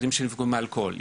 מאלכוהול,